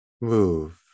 move